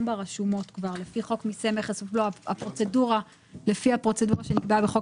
שפורסם כבר ברשומות לפי הפרוצדורה שנקבעה בחוק